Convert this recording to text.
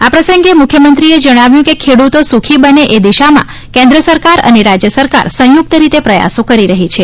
આ પ્રસંગે મુખ્યમંત્રીએ જણાવ્યું કે ખેડૂતો સુખી બને એ દિશામાં કેન્દ્ર સરકાર અને રાજ્ય સરકાર સંયુક્ત રીતે પ્રયાસો કરી રહી છે